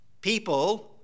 People